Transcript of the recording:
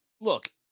look